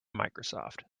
microsoft